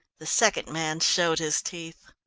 the second man showed his teeth.